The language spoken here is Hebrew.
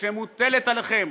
שמוטלת עליכם.